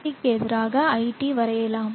க்கு எதிராக iT வரையலாம்